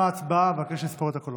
אני רוצה לשאול אותך עוד